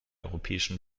europäischen